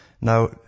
Now